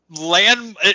land